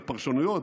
בפרשנויות,